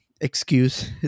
excuse